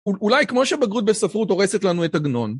אולי כמו שבגרות בספרות הורסת לנו את הגנון.